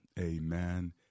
amen